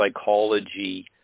psychology